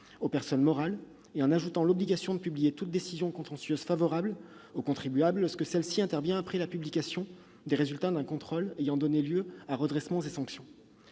aux personnes morales et en ajoutant l'obligation de publier toute décision contentieuse favorable au contribuable, lorsque celle-ci intervient après la publication des résultats d'un contrôle ayant donné lieu à redressement et sanctions.